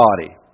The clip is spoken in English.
body